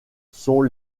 sont